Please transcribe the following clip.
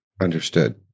Understood